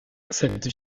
cette